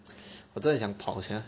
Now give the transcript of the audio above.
我真的想跑 sia